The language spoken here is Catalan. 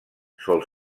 sol